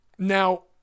Now